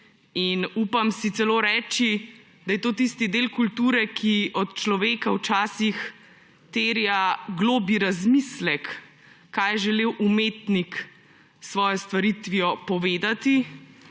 Upam si celo reči, da je to tisti del kulture, ki od človeka včasih terja globlji razmislek, kaj je želel umetnik s svojo stvaritvijo povedati,